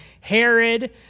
Herod